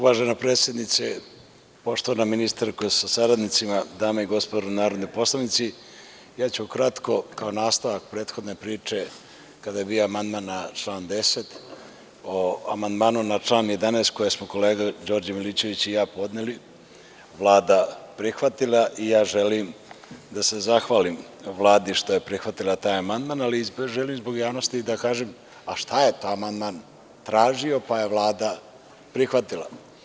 Uvažena predsednice, poštovana ministarko sa saradnicima, dame i gospodo narodni poslanici, ja ću kratko kao nastavak prethodne priče kada je bio amandman na član 10. o amandmanu na član 11. koje smo kolega Đorđe Milićević i ja podneli, Vlada prihvatila i ja želim da se zahvalim Vladi što je prihvatila taj amandman, ali želim i zbog javnosti da kažem – a šta je taj amandman tražio pa je Vlada prihvatila.